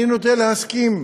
אני נוטה להסכים,